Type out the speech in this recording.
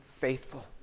faithful